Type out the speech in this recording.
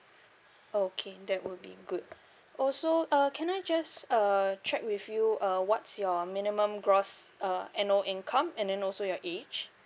okay that would be good also uh can I just uh check with you uh what's your minimum gross uh annual income and then also your age